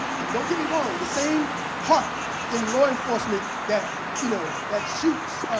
um don't get me wrong the same heart in law enforcement that you know that shoots